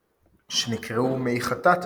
שנקראו מי חטאת,